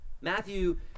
Matthew